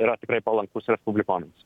yra tikrai palankus respublikonams